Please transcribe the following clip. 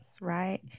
right